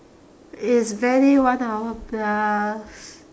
it's barely one hour plus